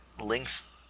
links